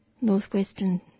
northwestern